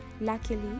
Luckily